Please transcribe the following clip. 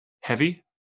heavy